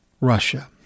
Russia